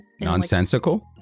Nonsensical